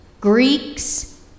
Greeks